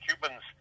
Cubans